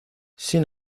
sin